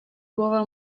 głowa